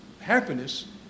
happiness